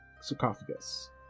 sarcophagus